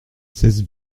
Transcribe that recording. seize